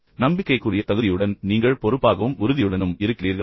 நம்பிக்கைக்குரிய தகுதியுடன் நீங்கள் பொறுப்பாகவும் உறுதியுடனும் இருக்கிறீர்களா